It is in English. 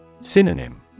Synonym